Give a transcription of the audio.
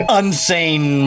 unsane